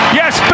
yes